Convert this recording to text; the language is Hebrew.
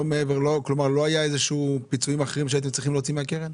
לא היה איזשהו פיצויים אחרים שהייתם צריכים להוציא מהקרן?